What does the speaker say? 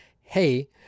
hey